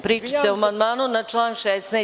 Pričate o amandmanu na član 16.